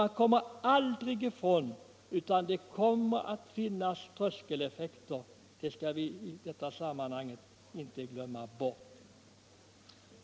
Man kommer aldrig ifrån särskilda tröskeleffekter — det skall vi i detta sammanhang inte glömma bort.